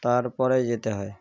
তার পরে যেতে হয়